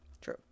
True